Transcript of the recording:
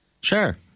Sure